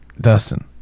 Dustin